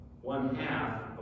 one-half